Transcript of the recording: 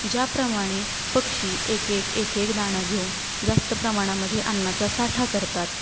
ज्याप्रमाणे पक्षी एक एक एक दाणं घेऊन जास्त प्रमाणामध्ये अन्नाचा साठा करतात